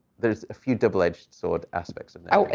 there's a few double-edged sword aspects of